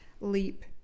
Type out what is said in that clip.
Leap